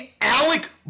Alec